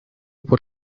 por